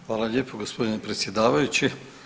Hvala lijepo gospodine predsjedavajući.